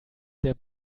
der